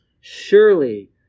Surely